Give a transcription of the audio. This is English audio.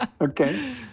Okay